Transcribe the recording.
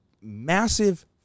massive